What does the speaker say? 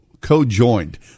Co-joined